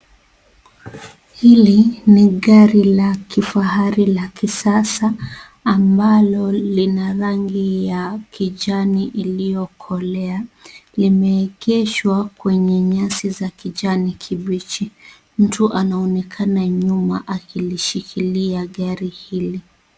Hili ni gari la kifahari la kisasa, ambalo lina rangi ya kijani iliyokolea. Limeegeshwa kwenye nyasi za kijani kibichi. Mtu anaoneka nyuma akilishikilia gari hili.